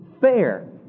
fair